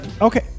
okay